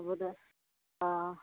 হ'ব দে অঁ